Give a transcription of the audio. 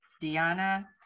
Diana